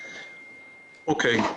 אוקיי.